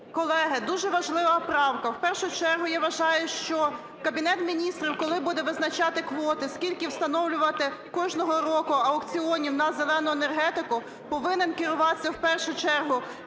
Колеги, дуже важлива правка. В першу чергу, я вважаю, що Кабінет Міністрів, коли буде визначати квоти, скільки встановлювати кожного року аукціонів на "зелену" енергетику, повинен керуватися в першу чергу,